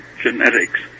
genetics